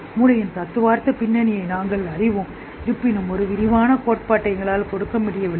மூளையின் தத்துவார்த்த பின்னணியை நாங்கள் அறிவோம் இருப்பினும் ஒரு விரிவான கோட்பாட்டை எங்களால் கொடுக்க முடியவில்லை